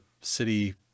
city